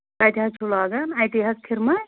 کَتہِ حظ چھُ لاگان اَتی حظ کھِرمے